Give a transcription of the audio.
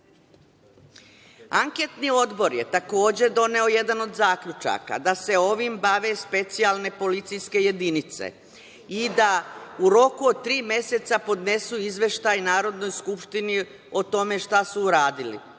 kraju. Anketni odbor je takođe doneo jedan od zaključaka da se ovim bave specijalne policijske jedinice i da u roku od tri meseca podnesu izveštaj Narodnoj skupštini o tome šta su uradili.